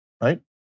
Right